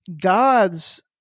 god's